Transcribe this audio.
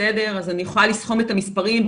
בסדר, אז אני יכולה לסכום את המספרים.